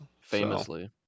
Famously